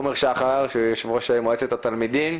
עומר שחר, יו"ר מועצת התלמידים,